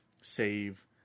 save